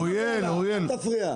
אורי, אל תפריע.